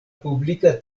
publika